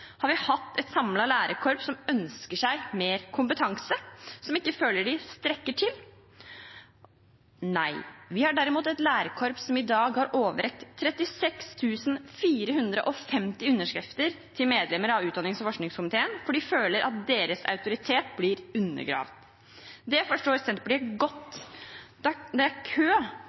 Har vi hatt et samlet lærerkorps som ønsker seg mer kompetanse, og som ikke føler at de strekker til? Nei. Vi har derimot et lærerkorps som i dag har overrekt 36 450 underskrifter til medlemmer av utdannings- og forskningskomiteen, fordi de føler at deres autoritet blir undergravd. Det forstår Senterpartiet godt. Det er kø